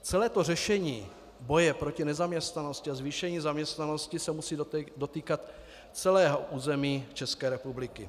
Celé řešení boje proti nezaměstnanosti a zvýšení zaměstnanosti se musí dotýkat celého území České republiky.